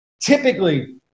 typically